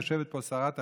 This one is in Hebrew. יושבת פה שרת החינוך,